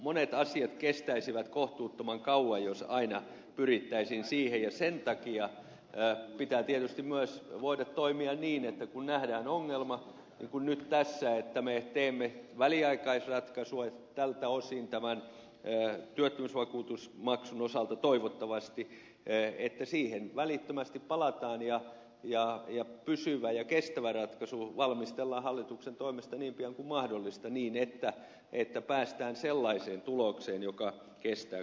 monet asiat kestäisivät kohtuuttoman kauan jos aina pyrittäisiin siihen ja sen takia pitää tietysti myös voida toimia niin että kun nähdään ongelma niin kuin nyt tässä että me teemme väliaikaisratkaisua tältä osin tämän työttömyysvakuutusmaksun osalta toivottavasti siihen välittömästi palataan ja pysyvä ja kestävä ratkaisu valmistellaan hallituksen toimesta niin pian kuin mahdollista niin että päästään sellaiseen tulokseen joka kestää kaikinpuolisen arvioinnin